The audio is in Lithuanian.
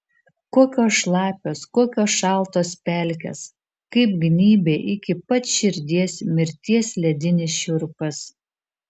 kokios šlapios kokios šaltos pelkės kaip gnybia iki pat širdies mirties ledinis šiurpas